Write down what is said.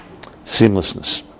seamlessness